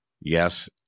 yes